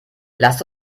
lasst